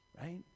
right